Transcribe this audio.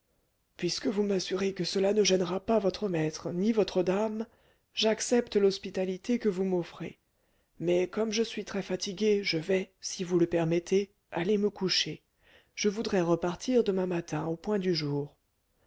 puisque vous m'assurez que cela ne gênera pas votre maître ni votre dame j'accepte l'hospitalité que vous m'offrez mais comme je suis très-fatigué je vais si vous le permettez aller me coucher je voudrais repartir demain matin au point du jour